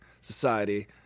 society